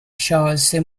sciolse